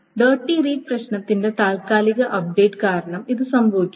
dirty read പ്രശ്നത്തിന്റെ താൽക്കാലിക update കാരണം ഇത് സംഭവിക്കുന്നു